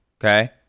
okay